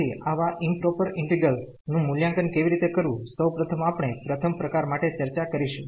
તેથી આવા improper integrals નું મૂલ્યાંકન કેવી રીતે કરવું સૌ પ્રથમ આપણે પ્રથમ પ્રકાર માટે ચર્ચા કરીશું